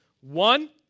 One